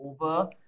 over